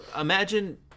imagine